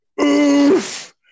Oof